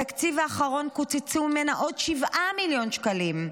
בתקציב האחרון קוצצו ממנה עוד 7 מיליון שקלים.